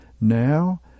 now